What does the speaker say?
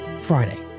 Friday